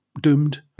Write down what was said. doomed